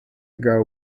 ago